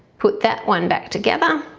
put that one back together,